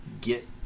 get